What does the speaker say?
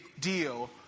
deal